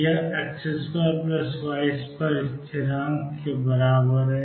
यह X2Y2 स्थिरांक के बराबर है